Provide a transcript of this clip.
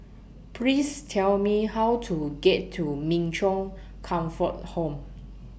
Please Tell Me How to get to Min Chong Comfort Home